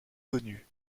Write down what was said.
connues